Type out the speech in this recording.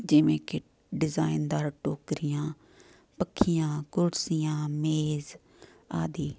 ਜਿਵੇਂ ਕਿ ਡਿਜ਼ਾਇਨਦਾਰ ਟੋਕਰੀਆਂ ਪੱਖੀਆਂ ਕੁਰਸੀਆਂ ਮੇਜ ਆਦਿ